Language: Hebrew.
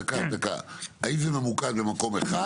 הגבול - האם זה ממוקד במקום אח?